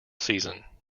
season